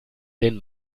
den